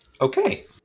Okay